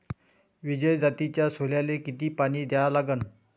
विजय जातीच्या सोल्याले किती पानी द्या लागन?